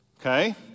Okay